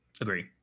Agree